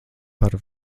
par